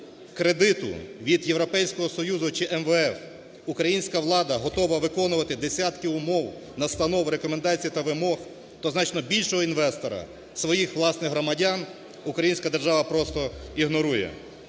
кредиту від Європейського Союзу чи МВФ українська влада готова виконувати десятки умов, настанов, рекомендацій та вимог, то значно більшого інвестора, своїх власних громадян, українська держава просто ігнорує.